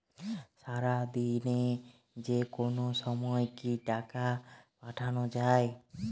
সারাদিনে যেকোনো সময় কি টাকা পাঠানো য়ায়?